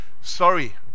sorry